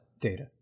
data